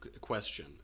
question